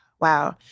Wow